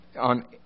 on